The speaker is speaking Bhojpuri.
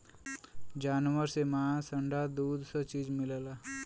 जानवर से मांस अंडा दूध स चीज मिलला